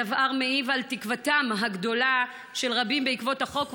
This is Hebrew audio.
הדבר מעיב על תקוותם הגדולה של רבים בעקבות החוק,